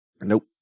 Nope